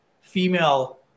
female